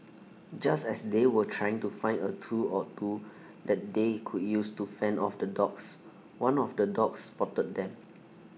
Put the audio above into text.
just as they were trying to find A tool or two that they could use to fend off the dogs one of the dogs spotted them